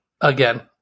again